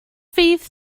fydd